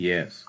Yes